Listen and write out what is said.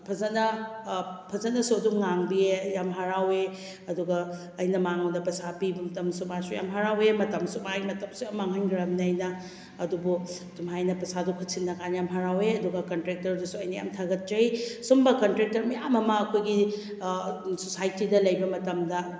ꯐꯖꯅ ꯐꯖꯅꯁꯨ ꯑꯗꯨꯝ ꯉꯥꯡꯕꯤꯌꯦ ꯑꯩ ꯌꯥꯝ ꯍꯔꯥꯎꯋꯦ ꯑꯗꯨꯒ ꯑꯩꯅ ꯃꯥꯉꯣꯟꯗ ꯄꯩꯁꯥ ꯄꯤꯕ ꯃꯇꯝꯗꯁꯨ ꯃꯥꯁꯨ ꯌꯥꯝ ꯍꯔꯥꯎꯋꯦ ꯃꯇꯝꯁꯨ ꯃꯥꯏ ꯃꯇꯝꯁꯨ ꯌꯥꯝ ꯃꯥꯡꯍꯟꯈ꯭ꯔꯝꯅꯦ ꯑꯩꯅ ꯑꯗꯨꯕꯨ ꯁꯨꯃꯥꯏꯅ ꯄꯩꯁꯥꯥꯗꯣ ꯈꯨꯠꯁꯤꯟꯅꯀꯥꯟꯗ ꯌꯥꯝ ꯍꯔꯥꯎꯋꯦ ꯑꯗꯨꯒ ꯀꯟꯇ꯭ꯔꯦꯛꯇꯔꯗꯨꯁꯨ ꯑꯩꯅ ꯌꯥꯝ ꯊꯥꯒꯠꯆꯩ ꯁꯨꯝꯕ ꯀꯟꯇ꯭ꯔꯦꯛꯇꯔ ꯃꯌꯥꯝ ꯑꯃ ꯑꯩꯈꯣꯏꯒꯤ ꯁꯣꯁꯥꯏꯇꯤꯗ ꯂꯩꯕ ꯃꯇꯝꯗ